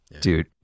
Dude